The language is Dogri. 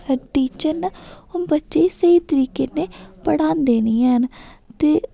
टीचर न ओह् बच्चे गी स्हेई तरीके ने पढ़ांदे नी हैन ते